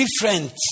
different